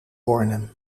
bornem